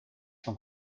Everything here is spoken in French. son